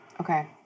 Okay